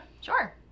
Sure